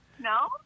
no